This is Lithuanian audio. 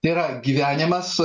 tai yra gyvenimas